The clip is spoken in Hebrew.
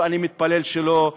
ואני מתפלל שלא,